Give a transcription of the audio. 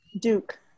Duke